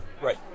Right